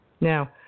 Now